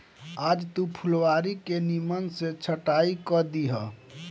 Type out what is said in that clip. आज तू फुलवारी के निमन से छटाई कअ दिहअ